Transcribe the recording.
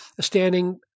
standing